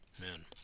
man